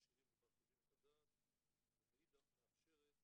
מחד, מעשירים ומרחיבים את הדעת, ומאידך, מאפשרת